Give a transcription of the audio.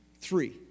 Three